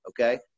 Okay